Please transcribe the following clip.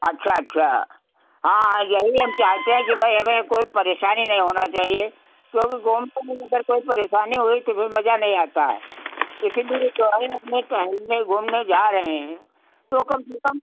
अच्छा अच्छा हाँ हाँ यही हम चाहते हैं कि भई हमें कोई परेशानी नहीं होना चाहिए क्योंकि घूमने में अगर कोई परेशानी हुई तो फिर मजा नहीं आता है इसलिए जो है अपने टहलने घूमने जा रहे हैं तो कम से कम